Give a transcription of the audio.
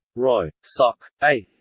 roy. soc. a